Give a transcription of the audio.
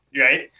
Right